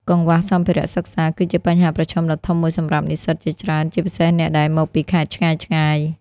កង្វះសម្ភារៈសិក្សា គឺជាបញ្ហាប្រឈមដ៏ធំមួយសម្រាប់និស្សិតជាច្រើន ជាពិសេសអ្នកដែលមកពីខេត្តឆ្ងាយៗ។